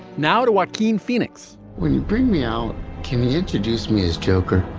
now to what. keen phoenix when you bring me out kimmi introduced me as joker.